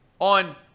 on